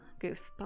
goosebumps